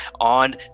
on